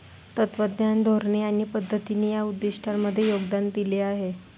तत्त्वज्ञान, धोरणे आणि पद्धतींनी या उद्दिष्टांमध्ये योगदान दिले आहे